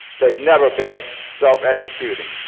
they've never been self-executing.